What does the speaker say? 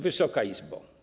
Wysoka Izbo!